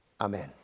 Amen